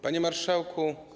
Panie Marszałku!